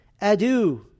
Adieu